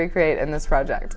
recreate and this project